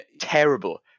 terrible